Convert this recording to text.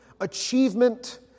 achievement